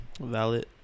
Valid